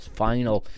final